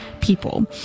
people